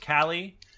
Callie